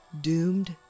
doomed